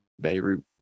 Beirut